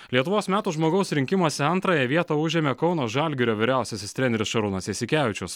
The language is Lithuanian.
lietuvos metų žmogaus rinkimuose antrąją vietą užėmė kauno žalgirio vyriausiasis treneris šarūnas jasikevičius